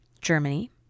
Germany